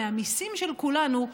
מהמיסים של כולנו,